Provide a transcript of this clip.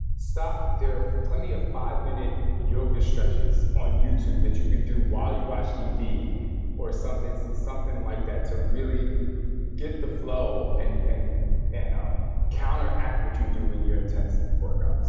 stop. there are plenty of five-minute yoga stretches on youtube, that you can do while you watch tv or something something like that, to really get the flow and and and um counteract what you do in your intense workouts